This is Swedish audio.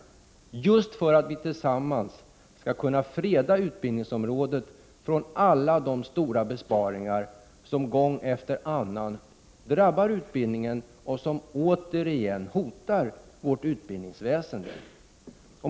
Det måste göras för att vi tillsammans skall kunna freda utbildningsområdet från alla de stora besparingar som gång efter annan drabbar utbildningen, och som återigen hotar vårt utbildningsväsende.